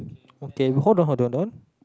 okay hold on hold on on